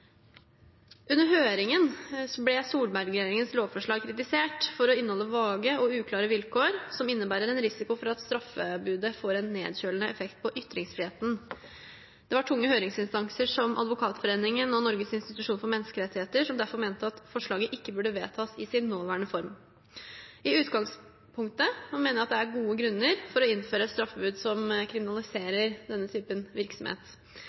Under høringen ble Solberg-regjeringens lovforslag kritisert for å inneholde vage og uklare vilkår som innebærer en risiko for at straffebudet får en nedkjølende effekt på ytringsfriheten. Det var tunge høringsinstanser, som Advokatforeningen og Norges institusjon for menneskerettigheter, som derfor mente at forslaget ikke burde vedtas i sin nåværende form. I utgangspunktet mener jeg det er gode grunner for å innføre et straffebud som kriminaliserer denne typen virksomhet.